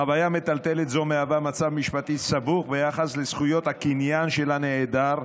חוויה מטלטלת זו מהווה מצב משפטי סבוך ביחס לזכות הקניין של הנעדר.